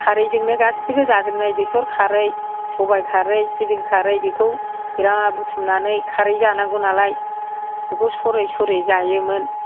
खारैजोंनो गासिबो जाजोबनाय बेसर खारै सबाइ खारै सिबिं खारै बेखौ बिरात बुथुमनानै खारै जानांगौ नालाय बेखौ सरै सरै जायोमोन